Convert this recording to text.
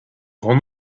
grand